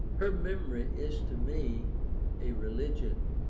her memory is to me a religion,